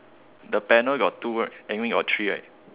the panel got two right I mean got three right